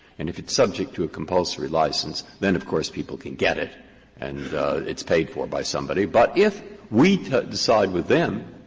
and if it's subject to a compulsory license, then, of course, people can get it and it's paid for by somebody. but if we side with them,